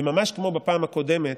וממש כמו בפעם הקודמת,